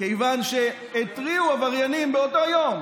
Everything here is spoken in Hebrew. כיוון שהתריעו עבריינים באותו יום,